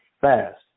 fast